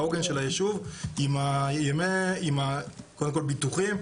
העוגן של היישוב עם קודם כל ביטוחים,